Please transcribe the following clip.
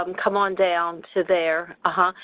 um come on down to there, ah huh,